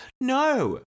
No